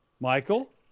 Michael